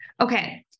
Okay